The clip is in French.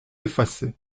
effacé